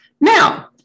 now